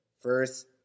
first